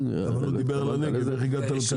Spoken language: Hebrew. אבל הוא דיבר על הנגב, איך הגעת לכרמיאל?